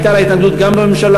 הייתה אליה התנגדות גם בממשלה.